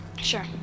Sure